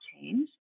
change